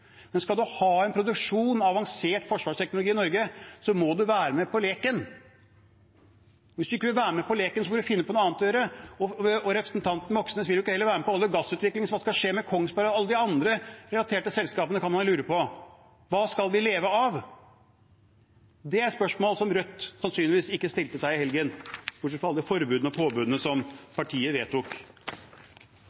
men skal man ha en produksjon av avansert forsvarsteknologi i Norge, må man være med på leken. Hvis ikke man vil være med på leken, får man finne på noe annet å gjøre. Representanten Moxnes vil jo heller ikke være med på olje- og gassutvikling, så hva som skal skje med Kongsberg og alle de andre relaterte selskapene, det kan man lure på. Hva skal vi leve av? Det er et spørsmål som Rødt sannsynligvis ikke stilte seg i helgen – bortsett fra alle forbudene og påbudene som